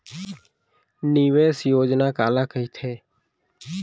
निवेश योजना काला कहिथे?